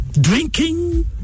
Drinking